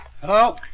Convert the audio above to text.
Hello